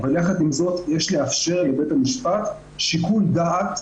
אך יחד עם זה יש לאפשר לבית המשפט שיקול דעת,